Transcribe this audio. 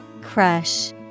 Crush